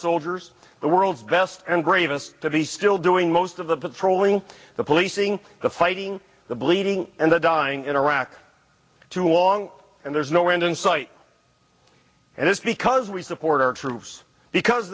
soldiers the world's best and bravest to be still doing most of the patrolling the policing the fighting the bleeding and the dying in iraq too long and there's no end in sight and it's because we support our troops because